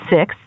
Six